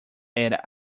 era